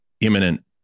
imminent